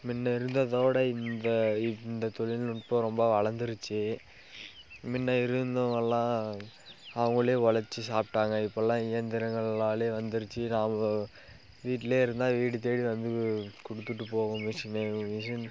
முன்ன இருந்ததோட இந்த இந்த தொழில்நுட்பம் ரொம்ப வளர்ந்துருச்சி முன்ன இருந்தவங்கள்லாம் அவங்களே உழச்சி சாப்பிடாங்க இப்பெல்லாம் இயந்திரங்களாலே வந்திருச்சி அவங்க வீட்டிலே இருந்தால் வீடு தேடி வந்து கொடுத்துட்டு போகும் மிஷின் மிஷின்